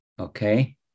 okay